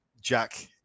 Jack